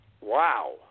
Wow